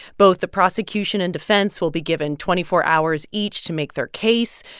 both the prosecution and defense will be given twenty four hours each to make their case.